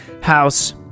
house